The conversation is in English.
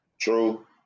True